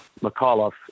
McAuliffe